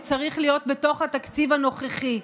וצריך להיות בתוך התקציב הנוכחי.